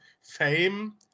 fame